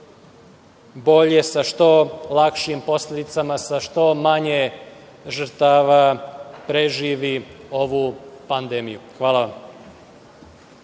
bolje i sa što lakšim posledicama, sa što manje žrtava preživi ovu pandemiju. Hvala vam.